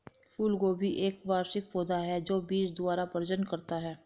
फूलगोभी एक वार्षिक पौधा है जो बीज द्वारा प्रजनन करता है